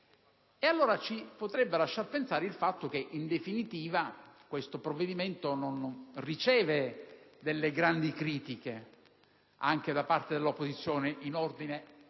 Allora, ci potrebbe lasciare pensare il fatto che, in definitiva, questo provvedimento non riceve grandi critiche neanche da parte dell'opposizione in ordine